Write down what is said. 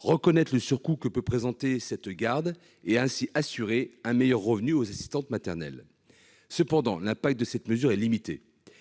reconnaître le surcoût que peut représenter cette garde et, ainsi, assurer un meilleur revenu aux assistantes maternelles. Cependant, l'impact de cette mesure est limité